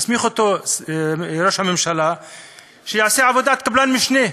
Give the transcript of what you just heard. מסמיך אותו ראש הממשלה שיעשה עבודת קבלן משנה,